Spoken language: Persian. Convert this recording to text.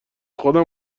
خودم